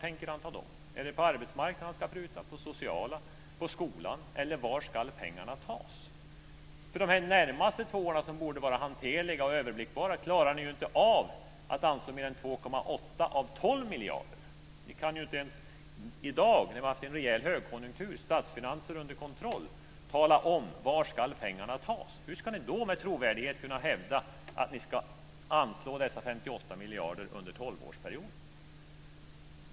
Är det på arbetsmarknaden man ska pruta, på det sociala eller på skolan? Var ska pengarna tas? För de närmaste två åren, som borde vara överblickbara, klarar ni ju inte av att anslå mer än 2,8 av 12 miljarder. Inte ens i dag när vi har haft en rejäl högkonjunktur med statsfinanser under kontroll kan ni tala om var pengarna ska tas. Hur ska ni då med trovärdighet kunna hävda att ni ska anslå dessa 58 miljarder under 12-årsperioden?